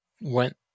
went